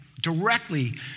Directly